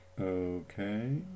okay